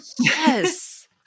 Yes